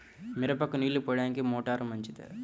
మిరపకు నీళ్ళు పోయడానికి మోటారు మంచిదా?